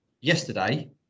yesterday